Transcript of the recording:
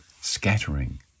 Scattering